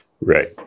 Right